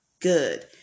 good